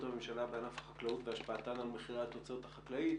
הממשלה בענף החקלאות והשפעתן על מחירי התוצרת החקלאית